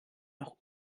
noch